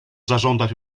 zażądać